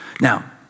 Now